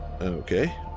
Okay